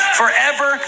forever